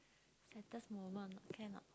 saddes moment or not can or not